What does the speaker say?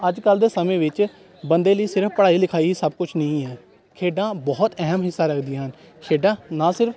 ਅੱਜ ਕੱਲ੍ਹ ਦੇ ਸਮੇਂ ਵਿੱਚ ਬੰਦੇ ਲਈ ਸਿਰਫ ਪੜ੍ਹਾਈ ਲਿਖਾਈ ਹੀ ਸਭ ਕੁਛ ਨਹੀਂ ਹੈ ਖੇਡਾਂ ਬਹੁਤ ਅਹਿਮ ਹਿੱਸਾ ਰੱਖਦੀਆਂ ਹਨ ਖੇਡਾਂ ਨਾ ਸਿਰਫ